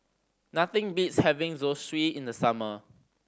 nothing beats having Zosui in the summer